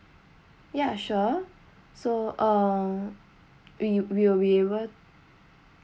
ya sure so uh we will be able